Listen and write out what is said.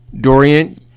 Dorian